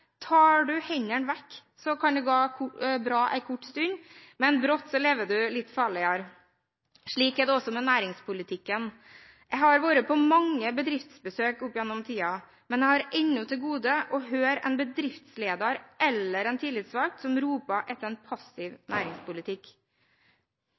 Tar man hendene vekk, kan det gå bra en kort stund, men brått lever man litt farligere. Slik er det også med næringspolitikken. Jeg har vært på mange bedriftsbesøk opp gjennom tiden, men jeg har ennå til gode å høre en bedriftsleder eller en tillitsvalgt som roper etter en passiv